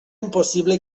impossible